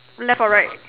left or right